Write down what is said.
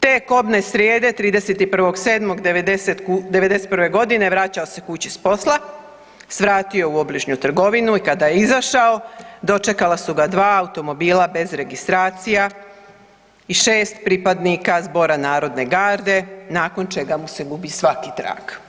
Te kobne srijede 31.7.'91. godine vraćao se kući s posla, svratio u obližnju trgovinu i kada je izašao dočekala su ga dva automobila bez registracija i 6 pripadnika Zbora narodne garde nakon čega mu se gubi svaki trag.